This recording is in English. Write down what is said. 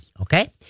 okay